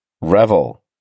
revel